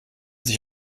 sich